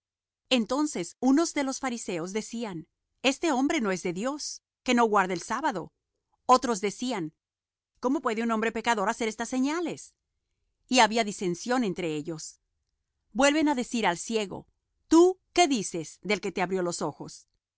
entonces unos de los fariseos decían este hombre no es de dios que no guarda el sábado otros decían cómo puede un hombre pecador hacer estas señales y había disensión entre ellos vuelven á decir al ciego tú qué dices del que te abrió los ojos